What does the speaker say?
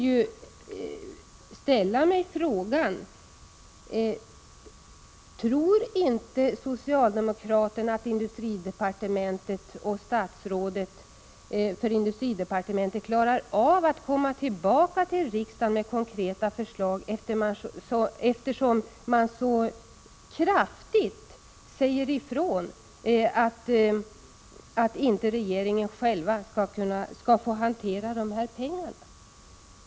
Jag ställer frågan: Tror inte socialdemokraterna, industridepartementet och statsrådet att industridepartementet klarar att komma tillbaka till riksdagen med konkreta förslag, eftersom socialdemokraterna så kraftigt säger ifrån att regeringen inte själv skall få hantera de pengar det gäller?